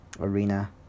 arena